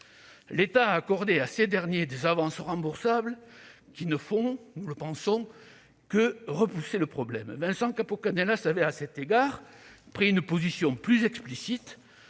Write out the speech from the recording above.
L'État leur a accordé des avances remboursables, qui ne font, selon nous, que repousser le problème. Vincent Capo-Canellas avait à cet égard pris une position plus explicite